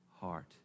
heart